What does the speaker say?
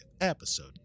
Episode